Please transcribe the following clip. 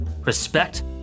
respect